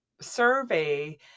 survey